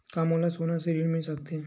का मोला सोना ले ऋण मिल सकथे?